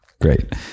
Great